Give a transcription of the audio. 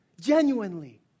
genuinely